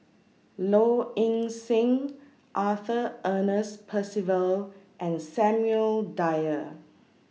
Low Ing Sing Arthur Ernest Percival and Samuel Dyer